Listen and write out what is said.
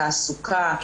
תעסוקה,